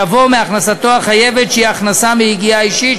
יבוא "מהכנסתו החייבת שהיא הכנסה מיגיעה אישית",